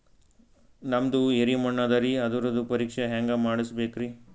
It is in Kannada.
ನಮ್ದು ಎರಿ ಮಣ್ಣದರಿ, ಅದರದು ಪರೀಕ್ಷಾ ಹ್ಯಾಂಗ್ ಮಾಡಿಸ್ಬೇಕ್ರಿ?